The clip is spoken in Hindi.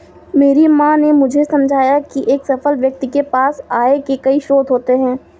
मेरी माँ ने मुझे समझाया की एक सफल व्यक्ति के पास आय के कई स्रोत होते हैं